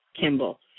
Kimball